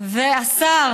והשר